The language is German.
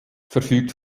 verfügt